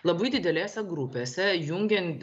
labai didelėse grupėse jungiant